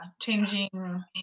Changing